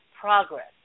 progress